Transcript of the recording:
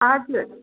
हजुर